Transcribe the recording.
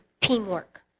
teamwork